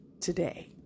today